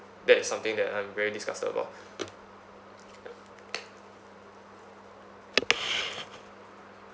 that is something that I'm very disgusted about